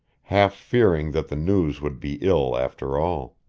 half fearing that the news would be ill after all.